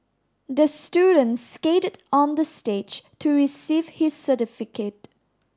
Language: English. the student skated on the stage to receive his certificate